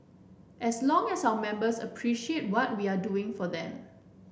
as long as our members appreciate what we are doing for them